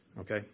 okay